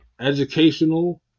educational